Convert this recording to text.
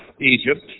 Egypt